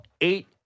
eight